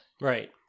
Right